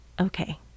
Okay